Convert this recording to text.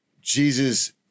Jesus